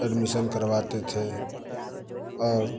admission करवाते थे और